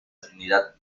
trinidad